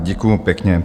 Děkuji pěkně.